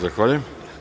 Zahvaljujem.